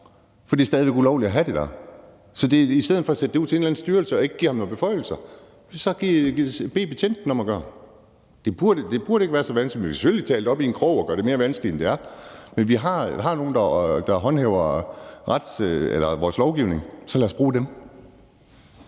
for det er stadig væk ulovligt at have det der. I stedet for at sende det ud til en eller anden styrelse og undlade at give dem nogen beføjelser så bed betjentene om at gøre det. Det burde ikke være så vanskeligt, men vi kan selvfølgelig tale det op i en krog og gøre det mere vanskeligt, end det er, men vi har nogle, der håndhæver vores lovgivning, så lad os bruge dem.